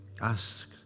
ask